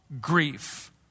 grief